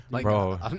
bro